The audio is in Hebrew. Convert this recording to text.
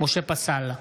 משה פסל,